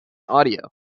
audio